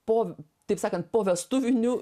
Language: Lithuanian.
po taip sakant povestuviniu